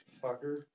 fucker